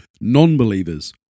non-believers